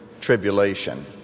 Tribulation